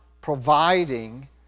providing